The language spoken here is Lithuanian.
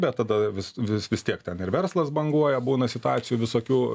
bet tada vis vis vis tiek ten ir verslas banguoja būna situacijų visokių